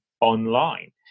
online